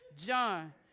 John